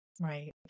right